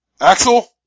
Axel